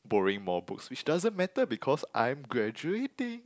borrowing more books which doesn't matter because I'm graduating